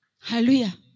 Hallelujah